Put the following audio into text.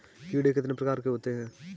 कीड़े कितने प्रकार के होते हैं?